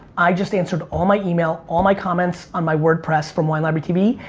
i just answered all my email, all my comments on my wordpress from wine library tv,